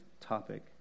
topic